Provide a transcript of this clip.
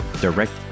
direct